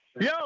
Yo